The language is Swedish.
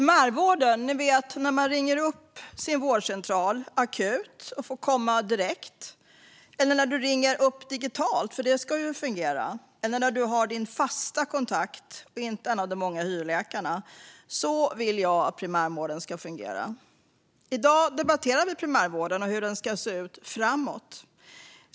Herr talman! Man ringer akut sin vårdcentral och får komma in direkt, eller man ringer digitalt - det ska ju fungera - och får tag på sin fasta kontakt, inte en av många hyrläkare - så vill jag att primärvården ska fungera. I dag debatterar vi hur primärvården ska se ut framåt.